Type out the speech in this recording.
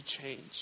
change